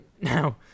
Now